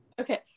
Okay